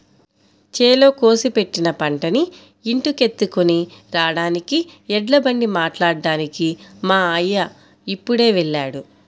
చేలో కోసి పెట్టిన పంటని ఇంటికెత్తుకొని రాడానికి ఎడ్లబండి మాట్లాడ్డానికి మా అయ్య ఇప్పుడే వెళ్ళాడు